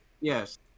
Yes